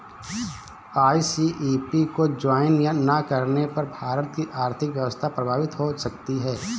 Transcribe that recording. RCEP को join ना करने पर भारत की आर्थिक व्यवस्था प्रभावित हो सकती है